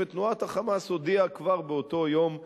ותנועת ה"חמאס" הודיעה כבר באותו יום הנאום,